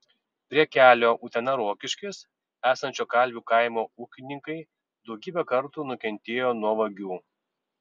prie kelio utena rokiškis esančio kalvių kaimo ūkininkai daugybę kartų nukentėjo nuo vagių